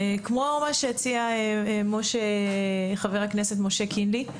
כמו מה שהציע חבר הכנסת משה קינלי,